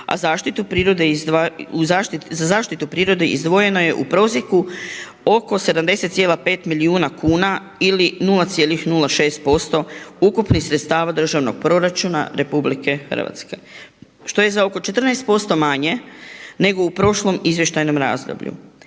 za zaštitu prirode izdvojeno je u prosjeku oko 70,5 milijuna kuna ili 0,06% ukupnih sredstava državnog proračuna RH što je za oko 14% manje nego u prošlom izvještajnom razdoblju.